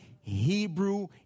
Hebrew